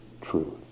truth